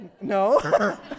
No